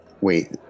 Wait